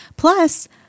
Plus